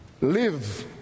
live